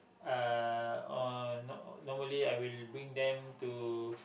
uh on normally I will bring them to